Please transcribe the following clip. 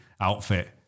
outfit